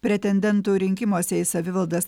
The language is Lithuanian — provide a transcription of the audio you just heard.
pretendentų rinkimuose į savivaldas